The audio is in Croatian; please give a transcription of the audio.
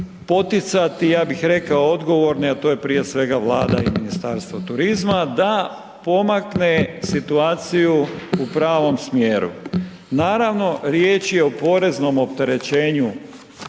poticati, ja bih rekao odgovorne a to je prije svega Vlada i Ministarstvo turizma da pomakne situaciju u pravom smjeru, naravno riječ je o poreznom opterećenju